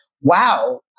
wow